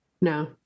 No